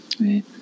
Right